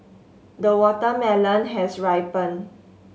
the watermelon has ripened